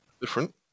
Different